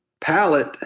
Palette